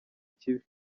kibi